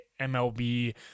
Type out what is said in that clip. MLB